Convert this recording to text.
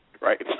Right